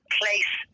place